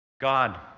God